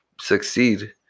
succeed